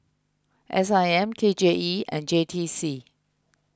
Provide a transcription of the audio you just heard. S I M K J E and J T C